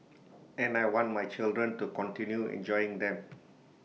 and I want my children to continue enjoying them